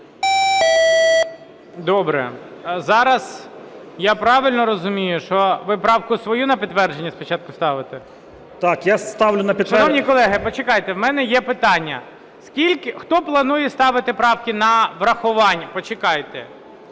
Добре. Я правильно розумію, що ви правку свою на підтвердження спочатку ставите? ГЕРУС А.М. Так, я ставлю на підтвердження… ГОЛОВУЮЧИЙ. Шановні колеги, почекайте, в мене є питання. Хто планує ставити правки на врахування? Я бачу: